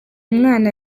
mwana